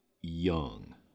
young